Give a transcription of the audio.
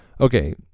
okay